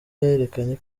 yerekanye